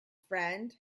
friend